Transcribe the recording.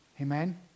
Amen